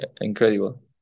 incredible